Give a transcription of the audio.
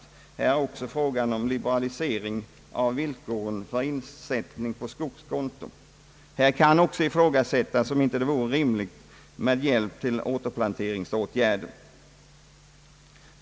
Det är också fråga om liberalisering av villkoren för insättning på skogskonto. Här kan också ifrågasättas om det inte vore rimligt med hjälp till återplanteringsåtgärder.